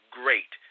great –